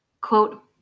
Quote